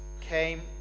came